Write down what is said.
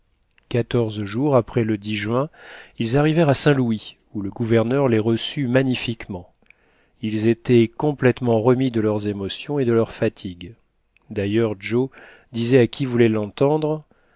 quatorze jours après le juin ils arrivèrent à saint-louis où le gouverneur les reçut magnifiquement ils étaient complètement remis de leurs émotions et de leurs fatigues d'ailleurs joe disait à qui voulait l'entendre